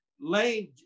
Lane